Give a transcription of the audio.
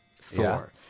Thor